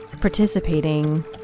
participating